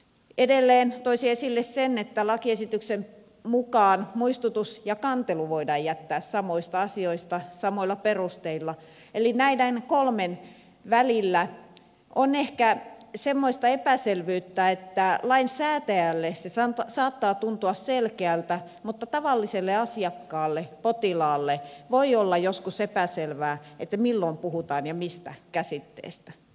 edelleen toisin esille sen että lakiesityksen mukaan muistutus ja kantelu voidaan jättää samoista asioista samoilla perusteilla eli näiden kolmen välillä on ehkä semmoista epäselvyyttä että lainsäätäjälle se saattaa tuntua selkeältä mutta tavalliselle asiakkaalle potilaalle voi olla joskus epäselvää milloin puhutaan ja mistä käsitteestä